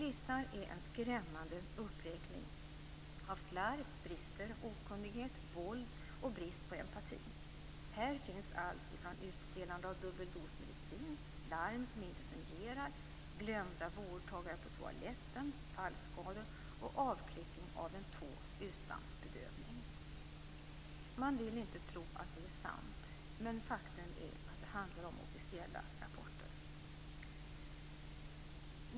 Listan är en skrämmande uppräkning av slarv, brister, okunnighet, våld och brist på empati. Här finns allt från utdelande av dubbel dos medicin, larm som inte fungerar, glömda vårdtagare på toaletten, fallskador till avklippning av en tå utan bedövning. Man vill inte tro att det är sant, men faktum är att det handlar om officiella rapporter.